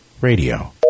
Radio